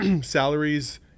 salaries